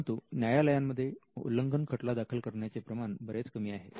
परंतु न्यायालयांमध्ये उल्लंघन खटला दाखल करण्याचे प्रमाण बरेच कमी आहे